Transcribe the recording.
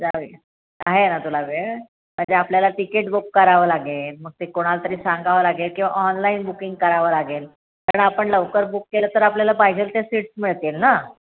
जाऊया आहे ना तुला वेळ म्हणजे आपल्याला तिकीट बुक करावं लागेल मग ते कोणाला तरी सांगावं लागेल किंवा ऑनलाईन बुकिंग करावं लागेल कारण आपण लवकर बुक केलं तर आपल्याला पाहिजे त्या सीट्स मिळतील ना